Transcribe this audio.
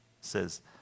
says